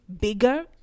bigger